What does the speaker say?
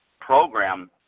program